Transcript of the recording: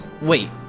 Wait